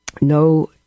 No